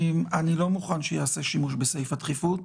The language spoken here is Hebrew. אני לא מוכן שייעשה שימוש בסעיף הדחיפות.